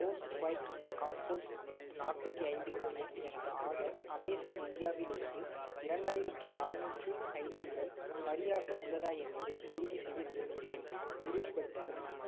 Bose QuietComfort நாற்பத்தி ஐந்துக்கான எனது ஆர்டர் அமேசான் இந்தியாவிலிருந்து இரண்டாயிரத்தி அறுநூற்று ஐந்து உடன் சரியாக உள்ளதா என்பதை உறுதிசெய்ய விரும்புகிறேன் உறுதிப்படுத்த முடியுமா